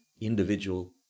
individual